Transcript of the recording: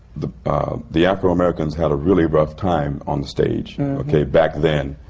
the the afro-americans had a really rough time on the stage, okay? back then.